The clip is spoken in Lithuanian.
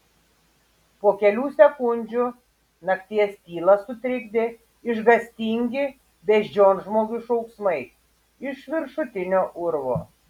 po kelių sekundžių nakties tylą sutrikdė išgąstingi beždžionžmogių šauksmai iš viršutinio urvo